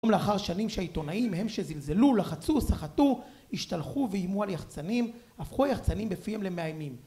...לאחר שנים שהעיתונאים הם שזלזלו, לחצו, סחטו, השתלחו ואיימו על יחצנים, הפכו היחצנים בפיהם למאיינים